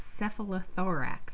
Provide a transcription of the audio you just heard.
cephalothorax